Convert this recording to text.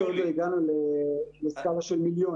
נכון שעוד לא הגענו לסקלה של מיליונים,